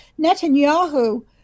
Netanyahu